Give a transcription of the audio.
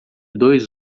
dois